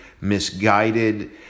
misguided